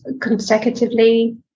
consecutively